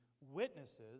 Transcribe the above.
Witnesses